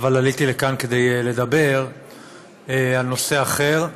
אבל עליתי לכאן כדי לדבר על נושא אחר.